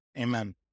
Amen